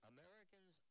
Americans